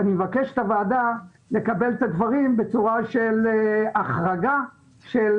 אני מבקש מהוועדה לקבל את הדברים בצורה של החרגה של